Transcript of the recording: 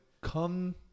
come